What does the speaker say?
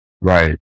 Right